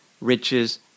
riches